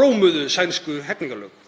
rómuðu sænsku hegningarlög.